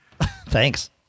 Thanks